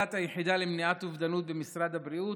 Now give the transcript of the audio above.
בהובלת היחידה למניעת אובדנות במשרד הבריאות,